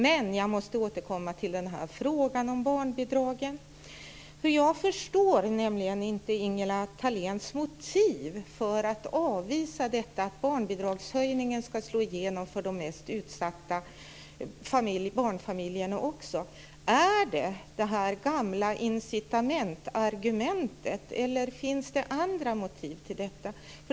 Men jag måste återkomma till frågan om barnbidragen. Jag förstår nämligen inte Ingela Thaléns motiv för att avvisa detta att barnbidragshöjningen ska slå igenom för de mest utsatta barnfamiljerna också. Är det det gamla incitamentargumentet, eller finns det andra motiv till detta?